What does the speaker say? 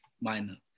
Minor